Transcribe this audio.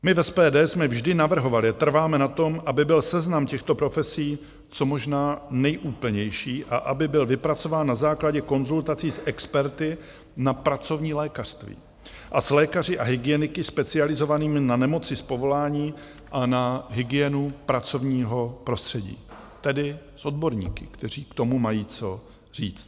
My v SPD jsme vždy navrhovali a trváme na tom, aby byl seznam těchto profesí co možná nejúplnější a aby byl vypracován na základě konzultací s experty na pracovní lékařství a s lékaři a hygieniky specializovanými na nemoci z povolání a na hygienu pracovního prostředí, tedy s odborníky, kteří k tomu mají co říct.